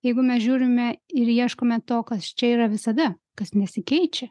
jeigu mes žiūrime ir ieškome to kas čia yra visada kas nesikeičia